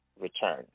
return